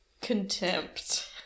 Contempt